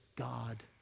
God